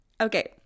okay